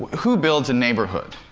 who builds a neighborhood?